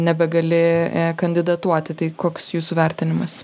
nebegali kandidatuoti tai koks jūsų vertinimas